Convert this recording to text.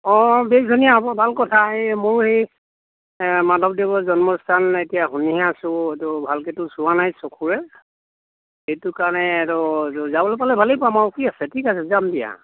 অঁ বেছ ধুনীয়া হ'ব ভাল কথা সেই ময়ো সেই মাধৱদেৱৰ জন্মস্থান এতিয়া শুনিহে আছোঁ সেইটো ভালকেতো চোৱা নাই চকুৰে সেইটো কাৰণে এইটো যাবলৈ পালে ভালেই পাম আৰু কি আছে ঠিক আছে যাম দিয়া